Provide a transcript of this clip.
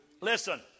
Listen